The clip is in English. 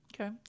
Okay